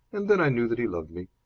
and then i knew that he loved me.